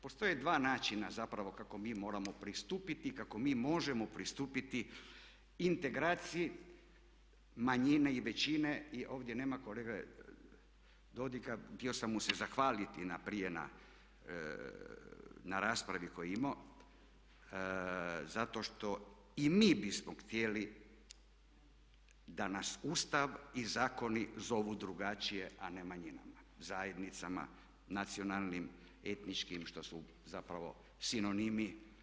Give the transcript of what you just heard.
Postoje dva načina zapravo kako mi moramo pristupiti i kako mi možemo pristupiti integraciji manjine i većine i ovdje nema kolege Dodiga, htio sam mu se zahvaliti na prije raspravi koju je imao zato što i mi bismo htjeli da nas Ustav i zakoni zovu drugačije, a ne manjinama, zajednicama nacionalnim, etničkim što su zapravo sinonimi.